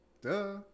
Duh